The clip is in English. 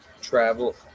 travel